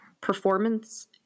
Performance